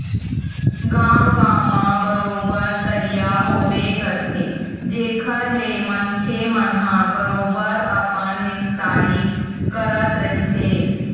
गाँव गाँव म बरोबर तरिया होबे करथे जेखर ले मनखे मन ह बरोबर अपन निस्तारी करत रहिथे